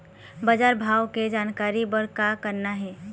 बजार भाव के जानकारी बर का करना हे?